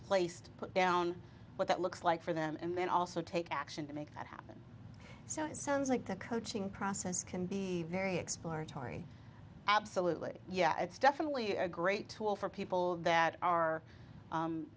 place to put down what that looks like for them and then also take action to make that happen so it sounds like the coaching process can be very exploratory absolutely yeah it's definitely a great tool for people that are